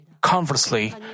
conversely